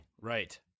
Right